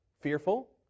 fearful